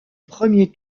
premier